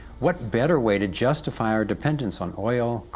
what better way to justify our dependence on oil,